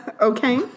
Okay